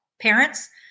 parents